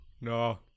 No